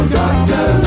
doctor